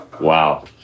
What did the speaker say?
Wow